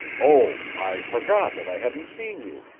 oh, i forgot that i hadn't seen you,